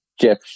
Jeff